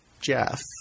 Jeff